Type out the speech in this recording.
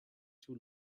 too